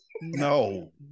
No